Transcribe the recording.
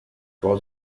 was